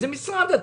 איזה משרד אתם?